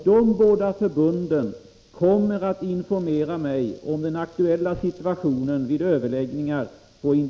De båda förbunden kommer att informera mig om den aktuella situationen vid